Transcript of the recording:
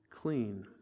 clean